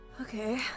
Okay